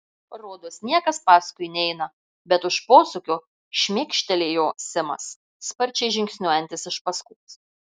rodos niekas paskui neina bet už posūkio šmėkštelėjo simas sparčiai žingsniuojantis iš paskos